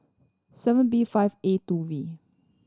seven B five A two V